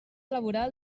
laboral